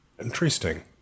Interesting